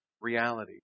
reality